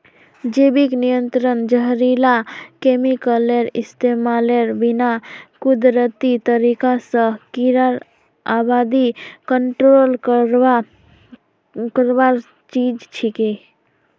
जैविक नियंत्रण जहरीला केमिकलेर इस्तमालेर बिना कुदरती तरीका स कीड़ार आबादी कंट्रोल करवार चीज छिके